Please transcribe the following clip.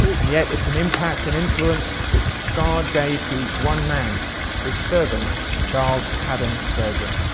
and yet it's an impact, and influence, that god gave to one man his servant, charles haddon spurgeon.